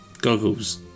goggles